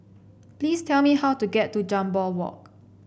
please tell me how to get to Jambol Walk